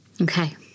okay